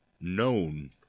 known